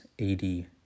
AD